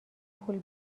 پول